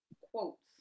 quotes